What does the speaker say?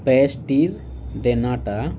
pastries ڈینٹا